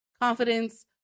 confidence